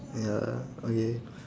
ya okay